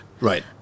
right